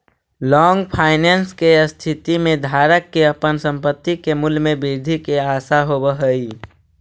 long finance के स्थिति में धारक के अपन संपत्ति के मूल्य में वृद्धि के आशा होवऽ हई